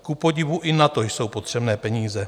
Kupodivu i na to jsou potřebné peníze.